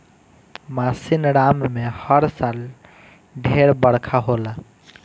मासिनराम में हर साल ढेर बरखा होला